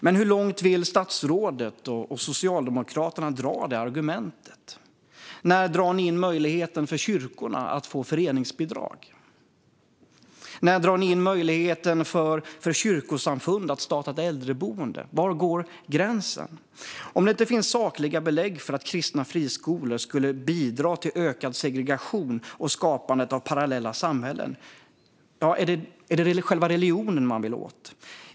Men hur långt vill statsrådet och Socialdemokraterna dra detta argument? När drar ni in möjligheten för kyrkorna att få föreningsbidrag? När drar ni in möjligheten för kyrkosamfund att starta ett äldreboende? Var går gränsen? Om det inte finns sakliga belägg för att kristna friskolor skulle bidra till ökad segregation och skapandet av parallella samhällen - är det då själva religionen man vill åt?